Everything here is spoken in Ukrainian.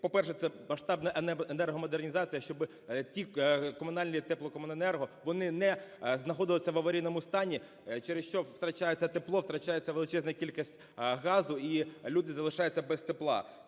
По-перше, це масштабнаенергомодернізація, щоби ті комунальні теплокомуненерго, вони не знаходилися в аварійному стані, через що втрачається тепло, втрачається величезна кількість газу і люди залишаються без тепла.